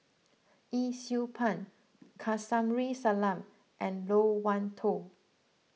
Yee Siew Pun Kamsari Salam and Loke Wan Tho